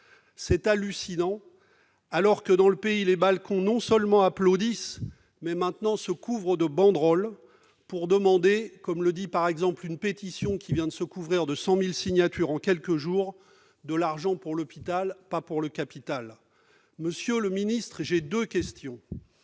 C'est hallucinant, alors même que dans le pays les balcons non seulement applaudissent, mais désormais se couvrent de banderoles pour demander- je cite, par exemple, les termes d'une pétition qui vient de recueillir 100 000 signatures en quelques jours -« de l'argent pour l'hôpital, pas pour le capital »! Monsieur le ministre, j'ai deux questions.